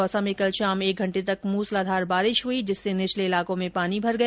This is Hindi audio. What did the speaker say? दौसा में कल शाम एक घंटे तक मूसलाधार बारिश होने से निचले इलाकों में पानी भर गया